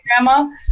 grandma